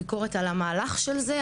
ביקורת על המהלך של זה,